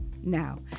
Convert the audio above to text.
Now